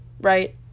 Right